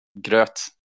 gröt